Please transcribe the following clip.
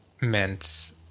meant